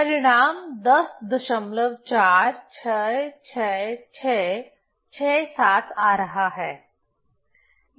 परिणाम 10466667 आ रहा है